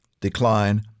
decline